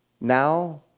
Now